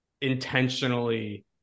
intentionally